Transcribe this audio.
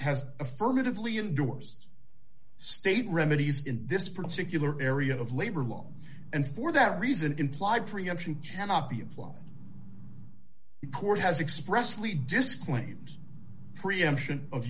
has affirmatively indoors state remedies in this particular area of labor law and for that reason implied preemption cannot be applied in court has expressly disclaims preemption of